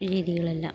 രീതികളെല്ലാം